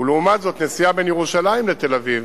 ולעומת זאת נסיעה בין ירושלים לתל-אביב,